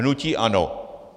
Hnutí ANO.